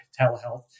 telehealth